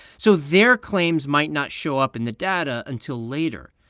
so their claims might not show up in the data until later.